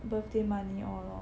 birthday money all lor